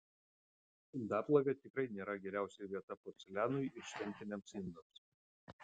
indaplovė tikrai nėra geriausia vieta porcelianui ir šventiniams indams